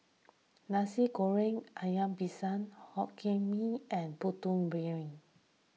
Nasi Goreng Ikan Bilis Hokkien Mee and Putu Piring